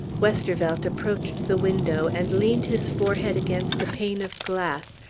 westervelt approached the window, and leaned his forehead against a pane of glass,